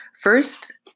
first